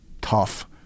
tough